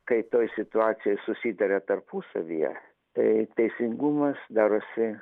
kai toj situacijoj susitaria tarpusavyje tai teisingumas darosi